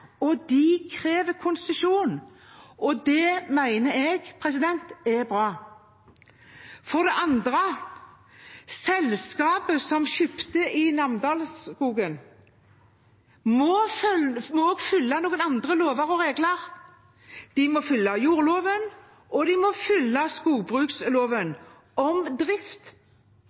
og de krever konsesjon. Det mener jeg er bra. For det andre: Selskapet som kjøpte i Namdalen-skogen må følge noen andre lover og regler – de må følge jordloven, og de må følge skogbruksloven om drift